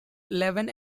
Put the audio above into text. eleven